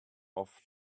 off